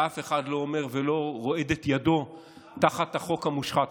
ואף אחד לא אומר, ולא רועדת ידו תחת החוק המושחת.